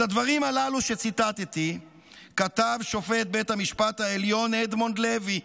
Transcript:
את הדברים הללו שציטטתי כתב שופט בית המשפט העליון אדמונד לוי,